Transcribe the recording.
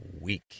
week